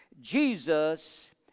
Jesus